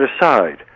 aside